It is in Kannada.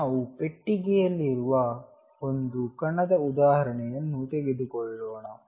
ನಾವು ಪೆಟ್ಟಿಗೆಯಲ್ಲಿರುವ ಒಂದು ಕಣದ ಉದಾಹರಣೆಯನ್ನು ತೆಗೆದುಕೊಳ್ಳೋಣ